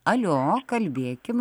alio kalbėkim